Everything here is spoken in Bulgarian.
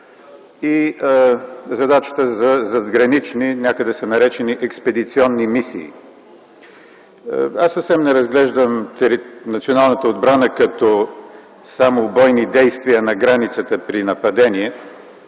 и задачата за задгранични, някъде са наречени експедиционни мисии. Аз съвсем не разглеждам националната отбрана като само бойни действия на границата при нападение,